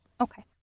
okay